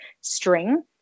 string